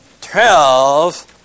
twelve